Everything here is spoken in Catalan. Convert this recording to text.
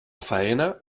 faena